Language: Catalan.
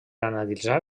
analitzar